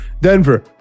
Denver